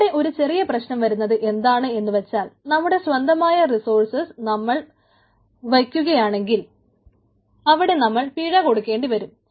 ഇവിടെ ഒരു ചെറിയ പ്രശ്നം വരുന്നത് എന്താണ് എന്നുവച്ചാൽ നമ്മുടെ സ്വന്തമായ റിസോസ്ഴ്സസ് നമ്മൾ വയ്ക്കുകയാണെങ്കിൽ അവിടെ നമ്മൾ പഴ കൊടുക്കേണ്ടിവരും